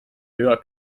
höher